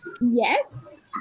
Yes